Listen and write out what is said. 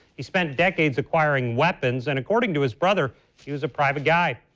he spent decades acquiring weapons and according to his brother he was a private guy.